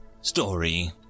story